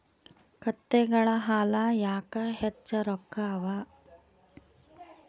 ಕತ್ತೆಗಳ ಹಾಲ ಯಾಕ ಹೆಚ್ಚ ರೊಕ್ಕ ಅವಾ?